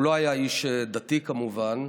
הוא לא היה איש דתי, כמובן,